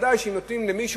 ודאי שאם נותנים למישהו,